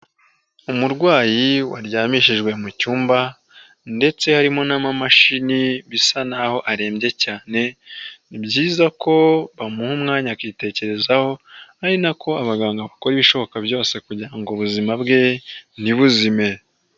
Umurwayi waryamishijwe mu cyumba ndetse harimo n'amamashini bisa naho arembye cyane, ni byiza ko bamuha umwanya akitekerezaho ari nako abaganga kuko bi ibishoboka byose kugira ngo ubuzima bwe ntibuzime.